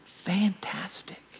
fantastic